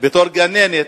בתור גננת,